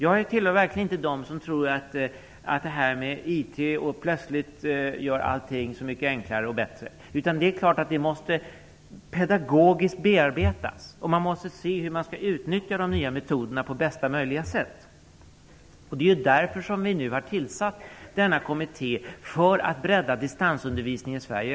Jag hör verkligen inte till dem som tror att IT plötsligt gör allting så mycket enklare och bättre. Det är klart att den tekniken måste bearbetas pedagogiskt. Man måste se hur man skall utnyttja de nya metoderna på bästa möjliga sätt. Det är för att bredda distansundervisningen i Sverige som vi har tillsatt denna kommitté.